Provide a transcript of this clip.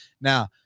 now